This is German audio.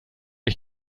ich